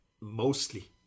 mostly